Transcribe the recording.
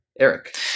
Eric